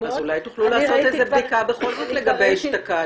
--- אז אולי בכל זאת תוכלו לעשות בדיקה לגבי אשתקד.